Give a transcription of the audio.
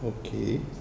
okay